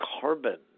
carbon